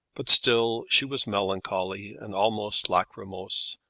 but still she was melancholy and almost lachrymose.